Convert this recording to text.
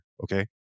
Okay